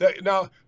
Now